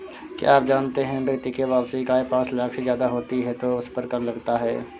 क्या आप जानते है व्यक्ति की वार्षिक आय पांच लाख से ज़्यादा होती है तो उसपर कर लगता है?